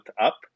up